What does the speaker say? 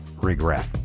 regret